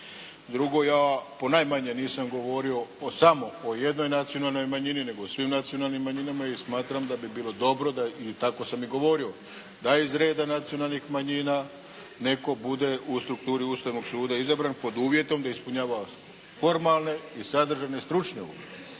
Drugo, ja ponajmanje nisam govorio samo o jednoj nacionalnoj manjini nego o svim nacionalnim manjinama i smatram da bi bilo dobro i tako sam i govorio, da iz reda nacionalnih manjina netko bude u strukturi Ustavnog suda bude izabran pod uvjetom da ispunjava formalne, sadržajne i stručne uvjete.